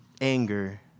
anger